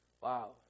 Wow